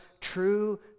true